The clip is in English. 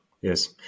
yes